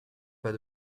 pas